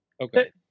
Okay